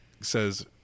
says